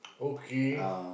okay